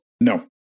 No